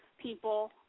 people